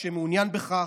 שמעוניין בכך,